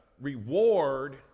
reward